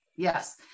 Yes